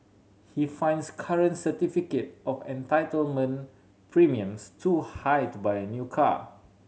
he finds current certificate of entitlement premiums too high to buy a new car